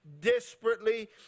desperately